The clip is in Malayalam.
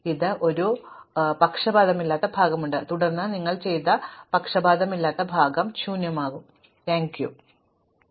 തുടർന്ന് ഒരു പക്ഷപാതമില്ലാത്ത ഭാഗം ഉണ്ട് തുടർന്ന് നിങ്ങൾ ചെയ്ത പക്ഷപാതമില്ലാത്ത ഭാഗം ശൂന്യമാകും